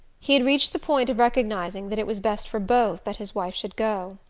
he had reached the point of recognizing that it was best for both that his wife should go.